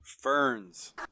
Ferns